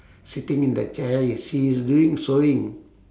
sitting in the chair is she is doing sewing